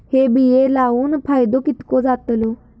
हे बिये लाऊन फायदो कितको जातलो?